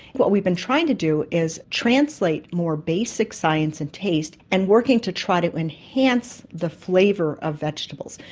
what we've been trying to do is translate more basic science and taste and working to try to enhance the flavour of vegetables,